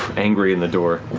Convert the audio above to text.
angry in the door.